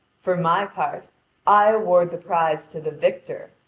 for my part i award the prize to the victor.